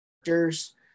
actors